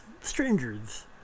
strangers